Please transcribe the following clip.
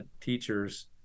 teachers